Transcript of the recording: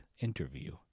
interview